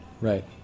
Right